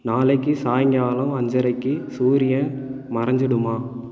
நாளைக்கு சாயங்காலம் அஞ்சரைக்கு சூரியன் மறைஞ்சுடுமா